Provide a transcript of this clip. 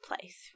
place